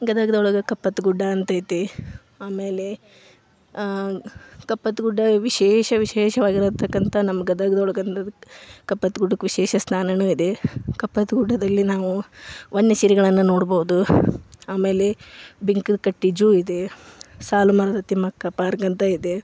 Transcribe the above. ಗದಗಿನೊಳಗೆ ಕಪ್ಪತ್ತ ಗುಡ್ಡ ಅಂತೈತಿ ಆಮೇಲೆ ಕಪ್ಪತ್ತ ಗುಡ್ಡ ವಿಶೇಷ ವಿಶೇಷವಾಗಿರ್ತಕ್ಕಂತಹ ನಮ್ಮ ಗದಗಿನೊಳಗೆ ಅಂದದ್ ಕಪ್ಪತ್ತ ಗುಡ್ಡಕ್ಕೆ ವಿಶೇಷ ಸ್ಥಾನವೂ ಇದೆ ಕಪ್ಪತ್ತ ಗುಡ್ಡದಲ್ಲಿ ನಾವು ವನ್ಯ ಸಿರಿಗಳನ್ನು ನೋಡ್ಬೋದು ಆಮೇಲೆ ಬಿಂಕದ ಕಟ್ಟೆ ಝೂ ಇದೆ ಸಾಲುಮರದ ತಿಮ್ಮಕ್ಕ ಪಾರ್ಕ್ ಅಂತ ಇದೆ